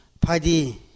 Padi